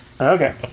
Okay